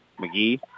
McGee